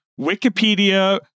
Wikipedia